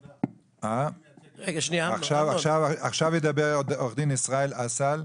עכשיו ידבר עורך דין ישראל אסל,